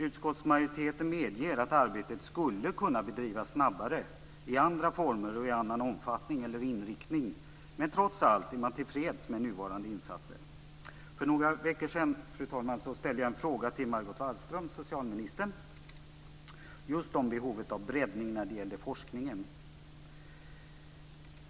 Utskottsmajoriteten medger att arbetet skulle kunna bedrivas snabbare, i andra former, i annan omfattning eller med annan inriktning. Trots allt är man dock tillfreds med nuvarande insatser. För några veckor sedan, fru talman, ställde jag en fråga till Margot Wallström, socialministern. Den handlade just om behovet av breddning när det gäller forskningen.